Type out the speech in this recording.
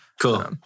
Cool